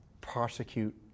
prosecute